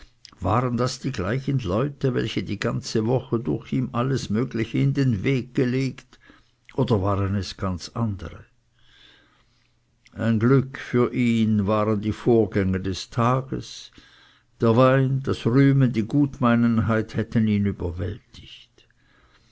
waren das die gleichen leute welche die ganze woche durch ihm alles mögliche in den weg gelegt oder waren es ganz andere ein glück für ihn waren die vorgänge des tages der wein das rühmen die gutmeinenheit hätten ihn überwältigt